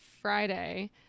Friday